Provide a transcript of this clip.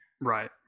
right